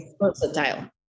versatile